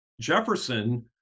Jefferson